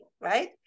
right